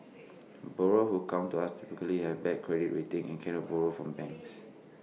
borrow who come to us typically have bad credit rating and cannot borrow from banks